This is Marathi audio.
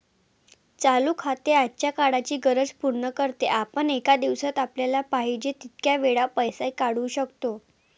चालू खाते आजच्या काळाची गरज पूर्ण करते, आपण एका दिवसात आपल्याला पाहिजे तितक्या वेळा पैसे काढू शकतो